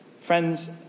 Friends